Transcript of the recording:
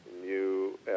new